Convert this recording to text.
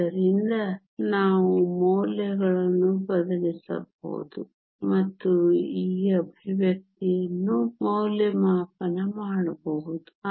ಆದ್ದರಿಂದ ನಾವು ಮೌಲ್ಯಗಳನ್ನು ಬದಲಿಸಬಹುದು ಮತ್ತು ಈ ಎಕ್ಸ್ಪ್ರೆಶನ್ ಅನ್ನು ಮೌಲ್ಯಮಾಪನ ಮಾಡಬಹುದು